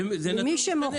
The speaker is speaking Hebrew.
ממי שמוכר.